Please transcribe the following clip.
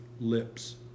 lips